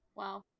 Wow